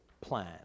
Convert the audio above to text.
plan